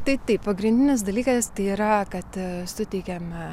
taip taip pagrindinis dalykas tai yra kad suteikiame